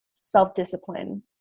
self-discipline